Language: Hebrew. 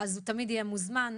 הוא תמיד יהיה מוזמן.